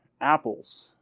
apples